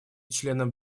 членам